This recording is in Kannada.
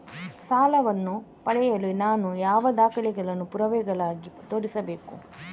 ಸಾಲವನ್ನು ಪಡೆಯಲು ನಾನು ಯಾವ ದಾಖಲೆಗಳನ್ನು ಪುರಾವೆಯಾಗಿ ತೋರಿಸಬೇಕು?